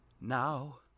now